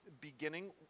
beginning